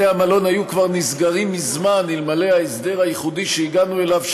בתי המלון היו כבר נסגרים מזמן אלמלא ההסדר הייחודי שהגענו אליו,